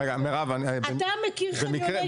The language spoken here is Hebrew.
אתה מכיר חניוני שטח.